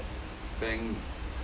bank